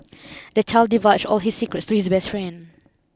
the child divulged all his secrets to his best friend